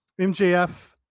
MJF